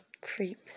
creep